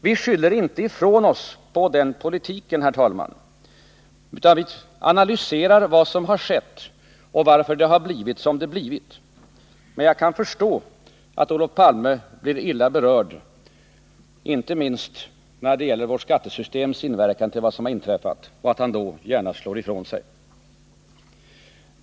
Vi ”skyller inte ifrån” oss på den politiken, herr talman, utan vi analyserar vad som skett och varför det har blivit som det blivit. Men jag kan förstå att Olof Palme blir illa berörd inte minst när det gäller vårt skattesystems inverkan på det som har inträffat och att han då gärna slår ifrån sig.